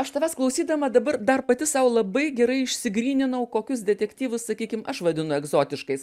aš tavęs klausydama dabar dar pati sau labai gerai išsigryninau kokius detektyvus sakykim aš vadinu egzotiškais